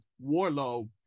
Warlow